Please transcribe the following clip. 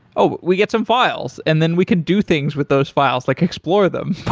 oh, we get some files and then we can do things with those files, like explore them,